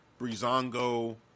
Brizongo